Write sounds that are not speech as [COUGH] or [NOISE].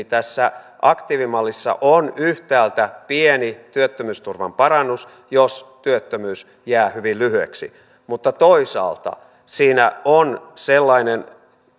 [UNINTELLIGIBLE] tässä aktiivimallissa on yhtäältä pieni työttömyysturvan parannus jos työttömyys jää hyvin lyhyeksi mutta toisaalta siinä on sellainen